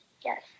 Yes